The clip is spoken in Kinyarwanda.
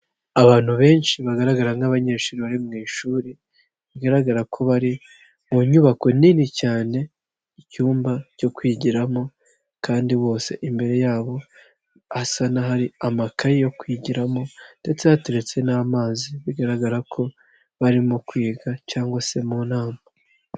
Abantu benshi bagaragara nk'abanyeshuri bari mu ishuri, bigaragara ko bari mu nyubako nini cyane, icyumba cyo kwigiramo kandi bose imbere yabo hasa n'ahari amakaye yo kwigiramo ndetse hateretse n'amazi, bigaragara ko barimo kwiga cyangwa se mu nama.